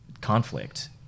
conflict